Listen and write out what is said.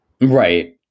right